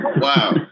wow